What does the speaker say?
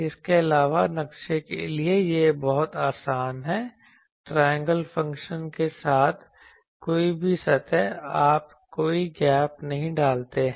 इसके अलावा नक्शे के लिए यह बहुत आसान है ट्रायंगल फ़ंक्शन के साथ कोई भी सतह आप कोई गैप नहीं डालते हैं